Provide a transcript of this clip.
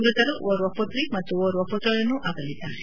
ಮೃತರು ಓರ್ವ ಪುತ್ರಿ ಮತ್ತು ಓರ್ವ ಪುತ್ರರನ್ನು ಅಗಲಿದ್ದಾರೆ